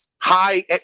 high